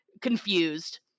confused